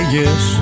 yes